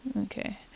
Okay